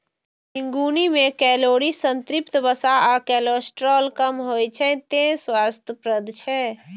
झिंगुनी मे कैलोरी, संतृप्त वसा आ कोलेस्ट्रॉल कम होइ छै, तें स्वास्थ्यप्रद छै